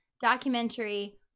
documentary